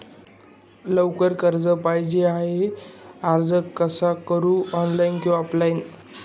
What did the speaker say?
लवकर कर्ज पाहिजे आहे अर्ज कसा करु ऑनलाइन कि ऑफलाइन?